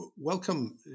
Welcome